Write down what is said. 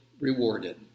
rewarded